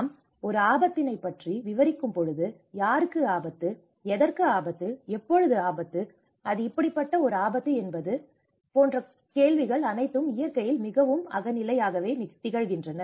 நாம் ஒரு ஆபத்தினை பற்றி விவரிக்கும் பொழுது யாருக்கு ஆபத்து எதற்கு ஆபத்து எப்போது ஆபத்து அது இப்படிப்பட்ட ஒரு ஆபத்து என்பது போன்ற கேள்விகள் அனைத்தும் இயற்கையில் மிகவும் அகநிலை ஆகவே திகழ்கின்றன